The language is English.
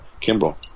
Kimball